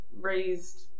raised